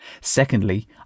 Secondly